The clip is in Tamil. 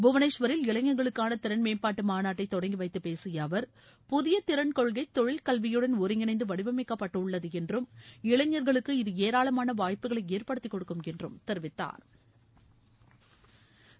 புவனேஷ்வரில் இளைஞர்களுக்கான திறன் மேம்பாட்டு மாநாட்டை தொடங்கி வைத்து பேசிய அவர் புதிய திறன் கொள்கை தொழில் கல்வியுடன் ஒருங்கிணைந்து வடிவமைக்கப்பட்டுள்ளது என்றும் இளைஞர்களுக்கு இது ஏராளமான வாய்ப்புகளை ஏற்படுத்திக்கொடுக்கும் என்றும் தெரிவித்தாா்